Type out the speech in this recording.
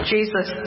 Jesus